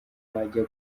wajya